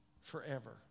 forever